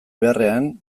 beharrean